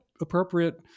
appropriate